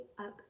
up